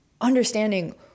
understanding